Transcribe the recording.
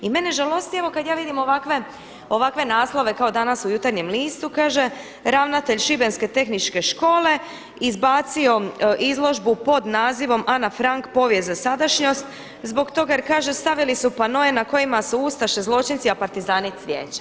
I mene žalost evo kad ja vidim kao danas u jutarnjem listu, kaže ravnatelj Šibenske tehničke škole izbacio izložbu pod nazivom „Ana Frank – povijest za sadašnjost“ zbog toga jer kaže stavili su panoe na kojima su ustaše zločinci a partizani cvijeće.